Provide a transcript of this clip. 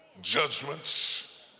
judgments